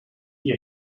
die